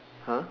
!huh!